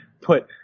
put